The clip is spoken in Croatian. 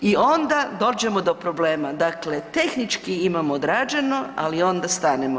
I onda dođemo do problema, dakle tehnički imamo odrađeno, ali onda stanemo.